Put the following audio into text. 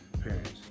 parents